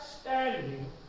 standing